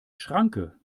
schranke